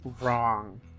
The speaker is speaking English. wrong